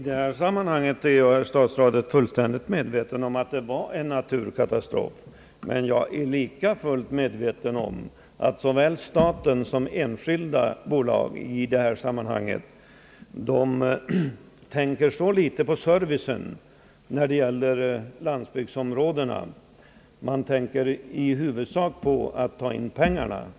Herr talman! Jag är fullt medveten om att det i detta fall var en naturkatastrof. Jag är dock lika medveten om att såväl staten som enskilda bolag i detta sammanhang tänker för litet på servicen i landsbygdsområdena utan i stället i huvudsak på att ta in pengar.